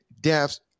deaths